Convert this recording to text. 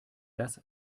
das